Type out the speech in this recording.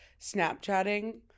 Snapchatting